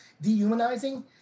dehumanizing